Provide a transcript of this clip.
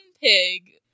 pig